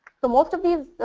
so most of these